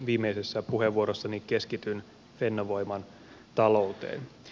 viimeisessä puheenvuorossani keskityn fennovoiman talouteen